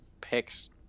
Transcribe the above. picks